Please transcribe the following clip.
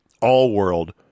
all-world